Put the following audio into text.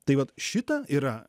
tai vat šita yra